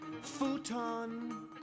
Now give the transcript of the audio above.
Futon